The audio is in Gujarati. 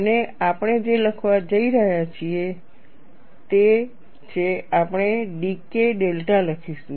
અને આપણે જે લખવા જઈ રહ્યા છીએ તે છે આપણે dK ડેલ્ટા લખીશું